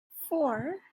four